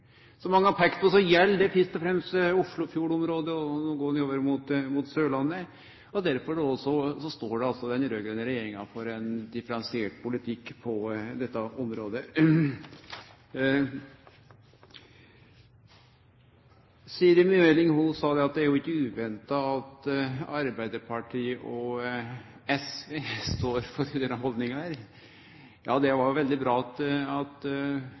mange har peikt på, gjeld det fyrst og fremst Oslofjordområdet og nedover mot Sørlandet. Derfor står den raud-grøne regjeringa for ein differensiert politikk på dette området. Siri Meling sa at det ikkje er uventa at Arbeidarpartiet og SV står for denne haldninga. Ja, det var veldig bra at Høgre sa at